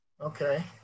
Okay